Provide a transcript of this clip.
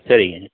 சரிங்க